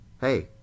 Hey